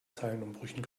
zeilenumbrüchen